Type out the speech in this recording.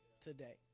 today